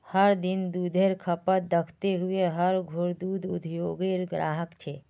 हर दिन दुधेर खपत दखते हुए हर घोर दूध उद्द्योगेर ग्राहक छे